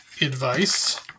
advice